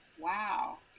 wow